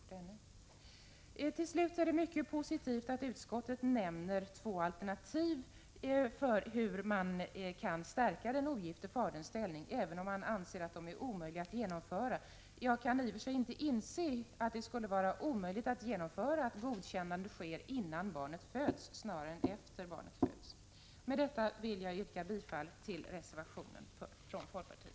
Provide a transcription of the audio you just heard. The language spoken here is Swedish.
Till slut vill jag säga att det är mycket positivt att utskottet nämner två alternativ för att stärka den ogifte faderns ställning, även om utskottet anser dem omöjliga att genomföra. Jag kan i och för sig inte inse att det skulle vara omöjligt att införa att godkännande skall kunna ske innan barnet föds— det är snarare bättre än att det sker efter barnets födelse. Med detta vill jag yrka bifall till reservationen från folkpartiet.